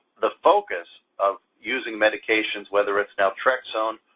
the focus of using medications whether it's naltrexone,